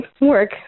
work